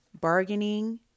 bargaining